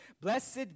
Blessed